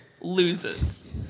loses